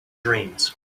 dreams